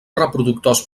reproductors